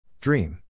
Dream